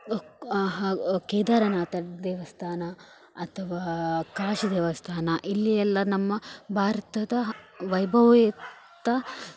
ಹಾಗು ಕೇದಾರನಾಥ ದೇವಸ್ಥಾನ ಅಥವಾ ಕಾಶಿ ದೇವಸ್ಥಾನ ಇಲ್ಲಿ ಎಲ್ಲ ನಮ್ಮ ಭಾರತದ ವೈಭವಯುತ